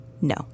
No